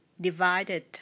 divided